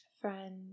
friend